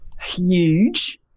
huge